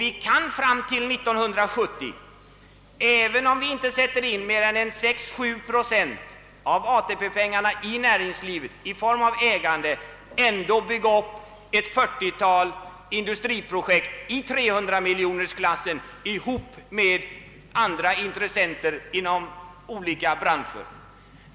Vi kan fram till 1970, även om vi inte sätter in mer än 6 å 7 procent av ATP pengarna i näringslivet i form av ägande, ändå bygga upp ett 40-tal industriprojekt i 300-miljonerkronorsklassen tillsammans med andra intressenter inom olika branscher.